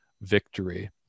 victory